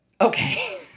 Okay